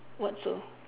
what so